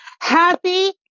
Happy